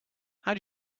how